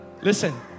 Listen